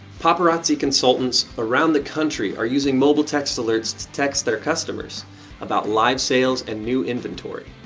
paparazzi consultants around the country are using mobile text alerts to text their customers about live sales and new inventory.